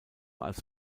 als